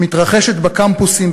מתרחשת בקמפוסים,